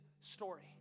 story